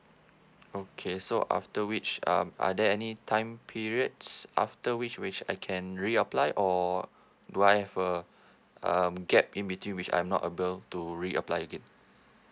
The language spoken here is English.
okay so after which um are there any time periods after which which I can reapply or do I have a um gap in between which I'm not able to reapply again